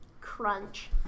crunch